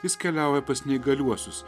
jis keliauja pas neįgaliuosius